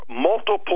multiple